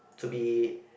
to be